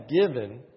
given